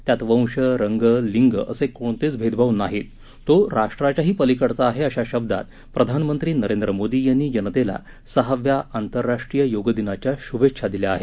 त्यात वंश रंग लिंग असे कोणतेच भेदभाव नाहीत तो राष्ट्राच्याही पलीकडचा आहे अशा शब्दात प्रधानमंत्री नरेंद्र मोदी यांनी जनतेला सहाव्या आंतरराष्ट्रीय योगदिनाच्या शुभेच्छा दिल्या आहेत